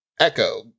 Echo